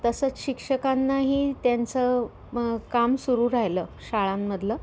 तसंच शिक्षकांनाही त्यांचं मग काम सुरू राहिलं शाळांमधलं